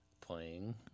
playing